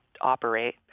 operate